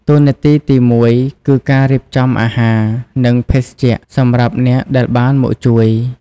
តួនាទីទីមួយគឺការរៀបចំអាហារ និងភេសជ្ជៈសម្រាប់អ្នកដែលបានមកជួយ។